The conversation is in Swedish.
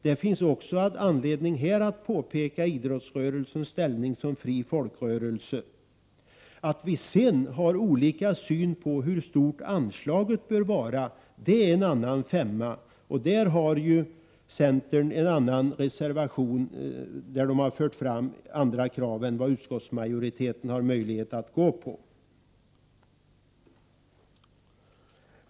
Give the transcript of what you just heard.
Det finns också anledning att påpeka idrottsrörelsens ställning som fri folkrörelse. Att vi däremot har olika syn på hur stort anslaget bör vara är en annan femma. På den punkten har ju centern i en annan reservation fört fram andra krav än dem som utskottsmajoriteten ställt sig bakom.